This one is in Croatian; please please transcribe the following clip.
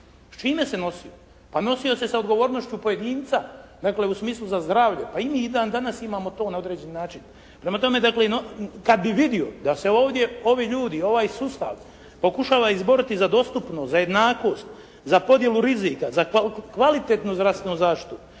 S čime se nosio? Pa nosio se sa odgovornošću pojedinca, dakle u smislu za zdravlje. Pa i mi dan danas imamo to na određeni način. Prema tome dakle kada bi vidio da se ovdje ovi ljudi, ovaj sustav pokušava izboriti za dostupnost, za jednakost, za podjelu rizika, za kvalitetnu zdravstvenu zaštitu,